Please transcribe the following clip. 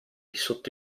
sotto